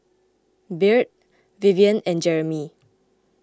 Byrd Vivien and Jeremy